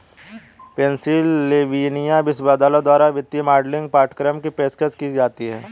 Pennsylvania विश्वविद्यालय द्वारा वित्तीय मॉडलिंग पाठ्यक्रम की पेशकश की जाती हैं